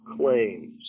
claims